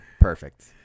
Perfect